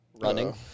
Running